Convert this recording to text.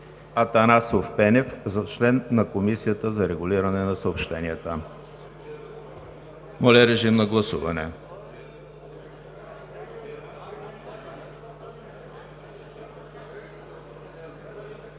Атанасов Пенев за член на Комисията за регулиране на съобщенията.“ Моля, режим на гласуване.